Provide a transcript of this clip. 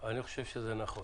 אני חושב שזה נכון.